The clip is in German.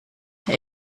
herr